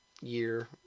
year